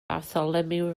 bartholomew